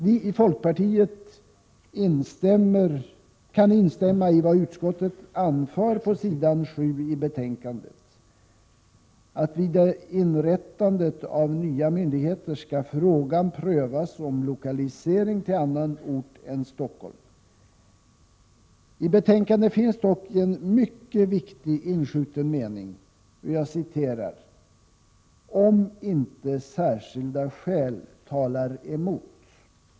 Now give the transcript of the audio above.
Vi i folkpartiet kan instämma i vad utskottet anför på s. 7 i betänkandet, att vid inrättandet av nya myndigheter skall frågan prövas om lokalisering till annan ort än Stockholm. I betänkandet finns dock en mycket viktig inskjuten mening, ”om inte särskilda skäl talar emot”.